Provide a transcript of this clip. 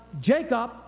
Jacob